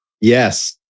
Yes